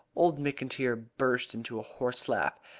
old mcintyre burst into a hoarse laugh.